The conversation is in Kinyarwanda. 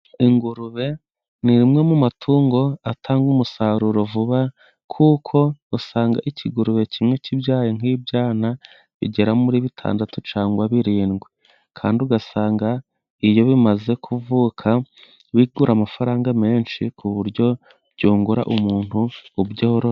Ingurube ni imwe mu matungo atanga umusaruro vuba, kuko usanga ikigurube kimwe kibyaye nk'ibyana bigera muri bitandatu cyangwa birindwi, kandi ugasanga iyo bimaze kuvuka bigura amafaranga menshi ku buryo byungura umuntu ubyorora.